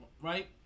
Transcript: Right